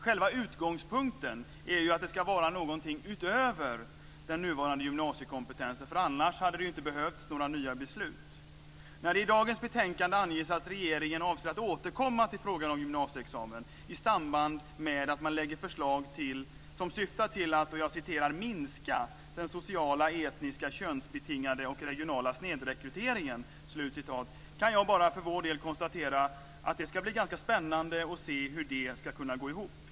Själva utgångspunkten är ju att det ska vara något utöver den nuvarande gymnasiekompetensen, för annars hade det ju inte behövts några nya beslut. När det i dagens betänkande anges att regeringen avser återkomma till frågan om gymnasieexamen i samband med att man lägger fram förslag som syftar till att "minska den sociala, etniska, könsbetingade och regionala snedrekryteringen", kan jag bara för vår del konstatera att det ska bli ganska spännande att se hur det ska kunna gå ihop.